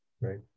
Right